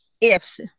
ifs